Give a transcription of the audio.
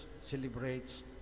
celebrates